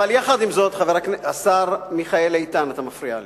אבל יחד עם זאת, השר מיכאל איתן, אתה מפריע לי,